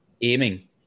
aiming